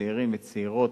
צעירים וצעירות,